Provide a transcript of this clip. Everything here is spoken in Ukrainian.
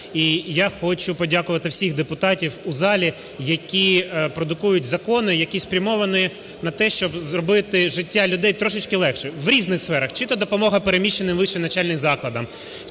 І я хочу подякувати всіх депутатів у залі, які продукують закони, які спрямовані на те, щоб зробити життя людей трошечки легше в різних сферах: чи то допомога переміщеним вищим навчальним закладам,